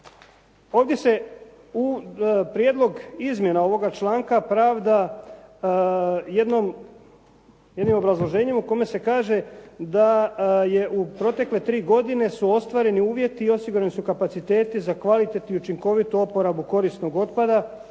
Ovdje se prijedlog izmjena ovoga članka pravda jednim obrazloženjem u kome se kaže da je u protekle tri godine su ostvareni uvjeti i osigurani su kapaciteti za kvalitetnu i učinkovitu oporabu korisnog otpada